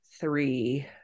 three